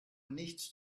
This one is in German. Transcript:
nicht